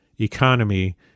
economy